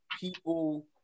people